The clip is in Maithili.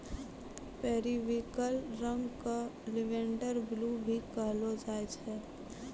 पेरिविंकल रंग क लेवेंडर ब्लू भी कहलो जाय छै